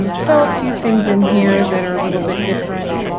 um so, a few things in here that are a little bit different,